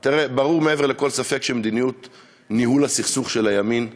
ברור מעבר לכל ספק שמדיניות ניהול הסכסוך של הימין נכשלה,